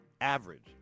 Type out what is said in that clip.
Average